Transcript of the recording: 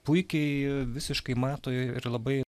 puikiai visiškai mato ir labai